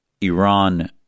Iran